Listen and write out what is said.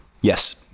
Yes